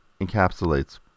encapsulates